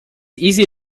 easy